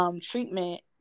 treatment